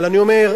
אבל אני אומר,